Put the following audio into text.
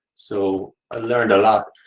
so, i learned a lot.